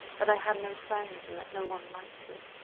that i had no friends and that no one liked me.